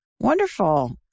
Wonderful